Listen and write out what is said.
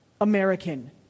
American